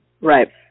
Right